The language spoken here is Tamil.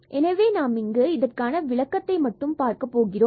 எனவே நாம் இங்கு இதற்கான விளக்கத்தை மட்டும் பார்க்கப் போகிறோம்